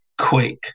quick